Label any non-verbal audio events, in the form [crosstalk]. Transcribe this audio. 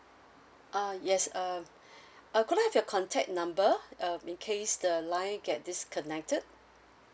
uh yes um [breath] uh could I have your contact number um in case the line get disconnected